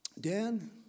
Dan